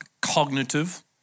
cognitive